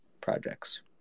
projects